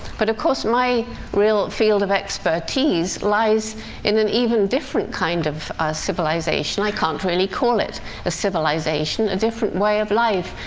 but, of course, my real field of expertise lies in an even different kind of civilization i can't really call it a civilization. a different way of life,